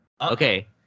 Okay